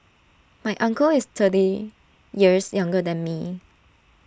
my uncle is thirty years younger than me